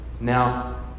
Now